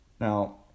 Now